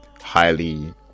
highly